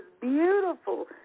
beautiful